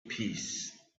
peace